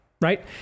right